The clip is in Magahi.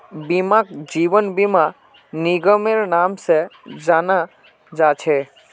बीमाक जीवन बीमा निगमेर नाम से जाना जा छे